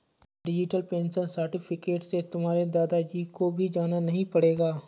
digital pension certificate से तुम्हारे दादा जी को भी जाना नहीं पड़ेगा